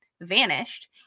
vanished